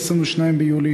22 ביולי,